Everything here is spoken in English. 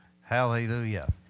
Hallelujah